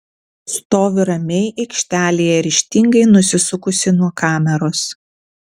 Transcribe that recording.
stoviu ramiai aikštelėje ryžtingai nusisukusi nuo kameros